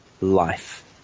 life